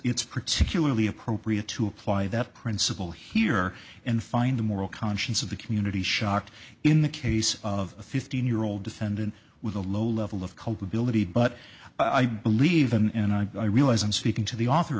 it's particularly appropriate to apply that principle here and find the moral conscience of the community shocked in the case of a fifteen year old defendant with a low level of culpability but i believe and i realize i'm speaking to the author